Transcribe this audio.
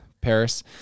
Paris